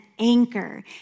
anchor